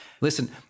Listen